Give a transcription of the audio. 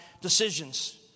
decisions